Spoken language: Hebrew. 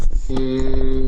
ואם לא,